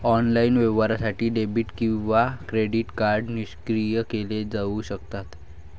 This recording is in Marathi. ऑनलाइन व्यवहारासाठी डेबिट किंवा क्रेडिट कार्ड निष्क्रिय केले जाऊ शकतात